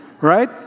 Right